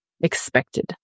expected